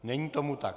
Není tomu tak.